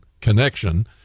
connection